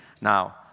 Now